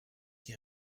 qui